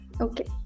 Okay